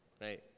right